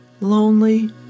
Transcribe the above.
Lonely